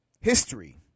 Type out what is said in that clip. History